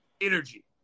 energy